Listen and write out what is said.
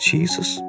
Jesus